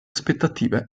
aspettative